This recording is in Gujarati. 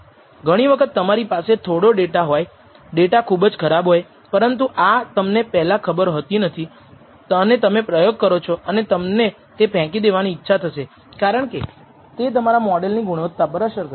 ઘણી વખત તમારી પાસે થોડો ડેટા હોય ડેટા ખુબજ ખરાબ હોય પરંતુ આ તમને પહેલા ખબર હોતી નથી અને તમે પ્રયોગ કરો અને તમને તે ફેંકી દેવાની ઈચ્છા થશે કારણકે તે તમારા મોડલની ગુણવત્તા પર અસર કરશે